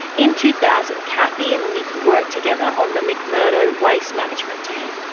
in two thousand, kathy and nick worked together on the mcmurdo waste management team.